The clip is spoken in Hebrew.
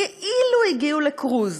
כאילו הגיעו לקרוז,